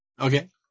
Okay